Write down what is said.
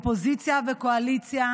אופוזיציה וקואליציה,